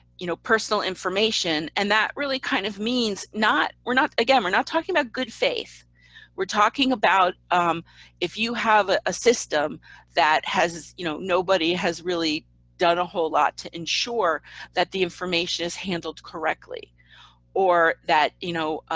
you know, personal information and that really kind of means not, again, we're not talking about good faith we're talking about um if you have a ah system that has, you know, nobody has really done a whole lot to ensure that the information is handled correctly or that, you know,